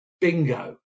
bingo